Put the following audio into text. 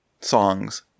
songs